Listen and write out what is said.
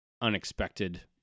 unexpected